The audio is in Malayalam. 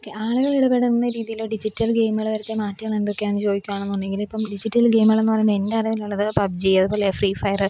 ഓക്കെ ആളുകളിടപെടുന്ന രീതിയിലോ ഡിജിറ്റല് ഗെയിമുകൾ വരുത്തിയ മാറ്റങ്ങളെന്തൊക്കെയാണെന്ന് ചോദിക്കുകണെന്നുണ്ടെങ്കിലിപ്പം ഡിജിറ്റല് ഗെയിമുകളെന്നു പറയുമ്പം എന്റെ അറിവിലുള്ളത് പബ് ജി അതുപോലെ ഫ്രീഫയർ